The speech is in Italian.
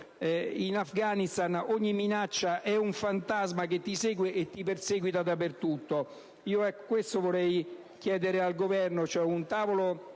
in Afghanistan ogni minaccia è un fantasma che ti segue e ti perseguita dappertutto. Vorrei chiedere al Governo